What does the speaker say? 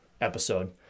episode